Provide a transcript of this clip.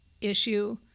issue